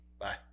Bye